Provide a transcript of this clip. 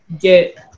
get